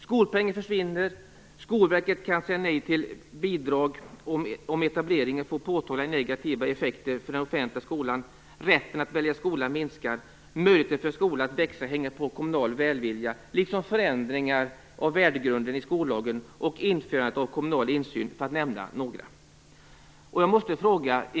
Skolpengen försvinner, Skolverket kan säga nej till bidrag om etableringen får påtagliga negativa effekter för den offentliga skolan, rätten att välja skola minskar, möjligheten för en skola att växa hänger på kommunal välvilja, liksom förändringar av värdegrunden i skollagen och införandet av kommunal insyn för att nämna några exempel.